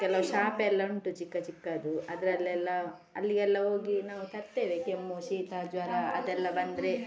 ಕೆಲವು ಶಾಪ್ ಎಲ್ಲ ಉಂಟು ಚಿಕ್ಕ ಚಿಕ್ಕದು ಅದರಲ್ಲೆಲ್ಲ ಅಲ್ಲಿಗೆಲ್ಲ ಹೋಗಿ ನಾವು ತರ್ತೇವೆ ಕೆಮ್ಮು ಶೀತ ಜ್ವರ ಅದೆಲ್ಲ ಬಂದರೆ